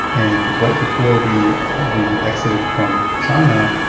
and right before we we exited from china,